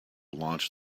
launch